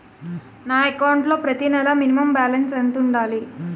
నా అకౌంట్ లో ప్రతి నెల మినిమం బాలన్స్ ఎంత ఉండాలి?